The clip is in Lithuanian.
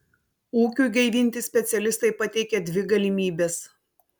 ūkiui gaivinti specialistai pateikia dvi galimybes